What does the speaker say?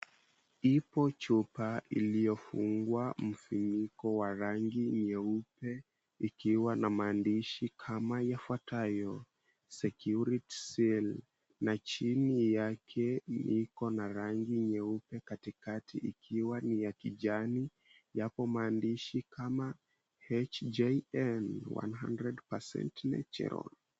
Ipo chupa iliyofungwa mfuniko wa rangi nyeupe, ikiwa na maandishi kama yafuatayo, "Security Seal". Na chini yake niko na rangi nyeupe katikati ikiwa ni ya kijani, yapo maandishi kama, "HJN, 100% natural".